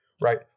right